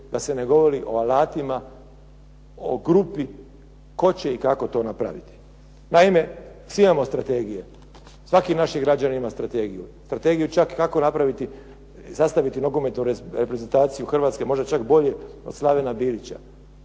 da se ne govori o alatima, o grupi tko će i kako to napraviti. Naime, svi imamo strategije. Svaki naš građanin ima strategiju, strategiju čak i kako napraviti, sastaviti nogometnu reprezentaciju Hrvatske možda čak bolje od Slavena Bilića.